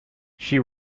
she